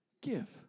give